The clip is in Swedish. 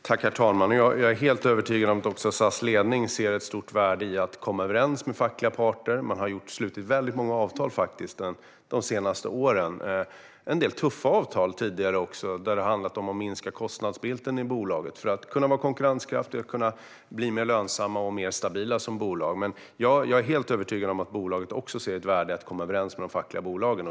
Herr talman! Jag är helt övertygad om att också SAS ledning ser ett stort värde i att komma överens med fackliga parter. Man har slutit väldigt många avtal de senaste åren - också en del tuffa avtal, där det har handlat om att minska kostnaderna i bolaget för att det ska kunna vara konkurrenskraftigt och bli mer lönsamt och stabilt. Jag är helt övertygad om att också bolaget ser ett värde i att komma överens med de fackliga parterna.